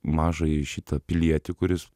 mažąjį šitą pilietį kuris